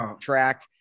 track